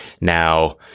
Now